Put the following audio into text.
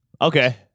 Okay